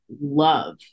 love